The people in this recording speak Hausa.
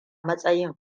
matsayin